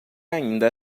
ainda